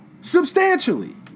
substantially